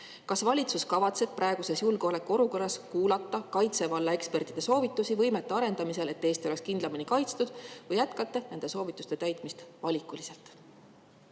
Kas valitsus kavatseb praeguses julgeolekuolukorras kuulata kaitsevalla ekspertide soovitusi võimekuste arendamisel, et Eesti oleks kindlamini kaitstud, või jätkate nende soovituste täitmist valikuliselt?